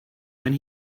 when